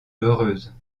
heureuse